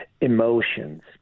emotions